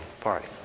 party